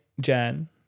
Jan